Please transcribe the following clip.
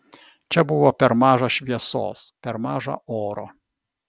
čia buvo per maža šviesos per maža oro